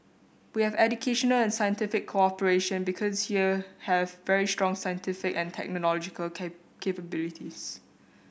we have educational and scientific cooperation because you have very strong scientific and technological capabilities